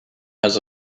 has